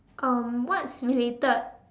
um what's related